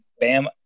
Bam